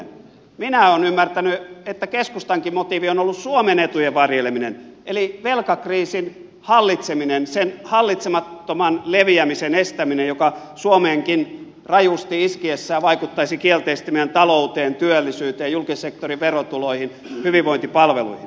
minä olen ymmärtänyt että keskustankin motiivi on ollut suomen etujen varjeleminen eli velkakriisin hallitseminen sen hallitsemattoman leviämisen estäminen joka suomeenkin rajusti iskiessään vaikuttaisi kielteisesti meidän talouteen työllisyyteen julkisen sektorin verotuloihin hyvinvointipalveluihin